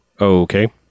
Okay